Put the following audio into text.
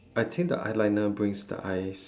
I think the eyeliner brings the eyes